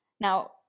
Now